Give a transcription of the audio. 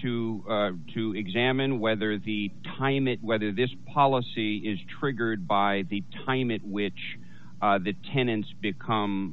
to examine whether the time it whether this policy is triggered by the time it which the tenants become